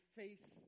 face